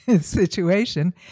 situation